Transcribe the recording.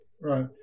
Right